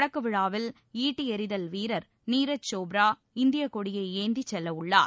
தொடக்க விழாவில் ஈட்டி எறிதல் வீரர் நீரஜ் சோப்ரா இந்திய கொடியை ஏந்தி செல்லவுள்ளார்